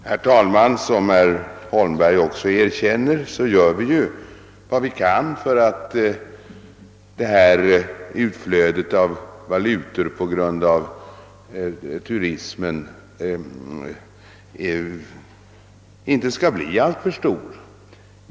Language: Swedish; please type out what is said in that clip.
Herr talman! Som herr Holmberg också erkänner gör vi vad vi kan för att utflödet av valutor på grund av turismen inte skall bli alltför stort.